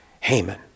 Haman